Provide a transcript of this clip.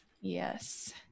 Yes